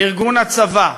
ארגון הצבא,